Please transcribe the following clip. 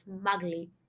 smugly